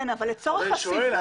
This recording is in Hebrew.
כן, אבל לצורך הסיווג.